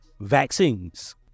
Vaccines